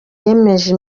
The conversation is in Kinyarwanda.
yemeje